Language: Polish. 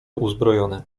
uzbrojony